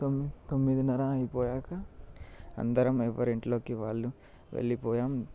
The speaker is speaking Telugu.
తొమ్మిది తొమ్మిదిన్నర అయిపోయాక అందరం ఎవ్వరింట్లోకి వాళ్ళు వెళ్ళిపోయాము